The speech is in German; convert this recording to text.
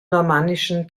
normannischen